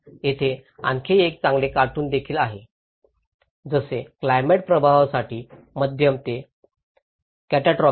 येथे आणखी एक चांगले कार्टून्स देखील आहे जसे क्लाइमेट प्रभावासाठी मध्यम ते काटेट्रोपिक